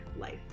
Life